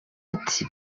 ati